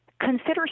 consider